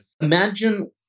imagine